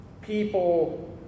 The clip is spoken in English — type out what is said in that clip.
people